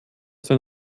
sein